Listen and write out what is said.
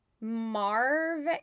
Marv